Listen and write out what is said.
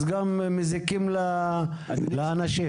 אז גם מזיקים לאנשים.